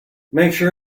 make